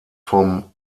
vom